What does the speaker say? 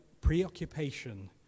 preoccupation